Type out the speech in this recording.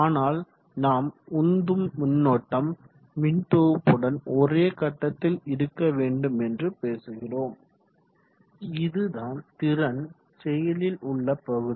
ஆனால் நாம் உந்தும் மின்னோட்டம் மின்தொகுப்புடன் ஓரே கட்டத்தில் இருக்க வேண்டும் என்று பேசுகிறோம் இதுதான் திறன் செயலில் உள்ள பகுதி